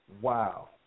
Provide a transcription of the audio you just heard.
wow